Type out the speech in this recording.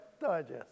digest